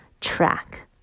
track